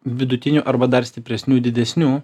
vidutinių arba dar stipresnių didesnių